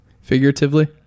figuratively